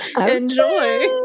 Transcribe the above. Enjoy